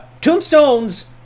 tombstones